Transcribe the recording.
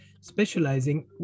specializing